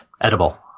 edible